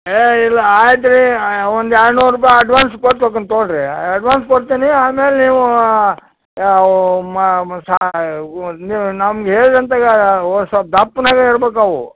ಏ ಇಲ್ಲ ಆಯ್ತು ರೀ ಒಂದು ಎರಡುನೂರು ರೂಪಾಯಿ ಅಡ್ವಾನ್ಸ್ ಕೊಟ್ತು ಟೋಕನ್ ತಗೋಳ್ಳಿರಿ ಅಡ್ವಾನ್ಸ್ ಕೊಡ್ತೀನಿ ಆಮೇಲೆ ನೀವು ಯಾವ ನೀವು ನಮಗೆ ಹೇಳಿದಂತ ಯಾ ಒಂದು ಸ್ವಲ್ಪ್ ದಪ್ಪನಾಗೆ ಇರ್ಬೇಕು ಅವು